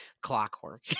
clockwork